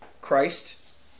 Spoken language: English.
Christ